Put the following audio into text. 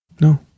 no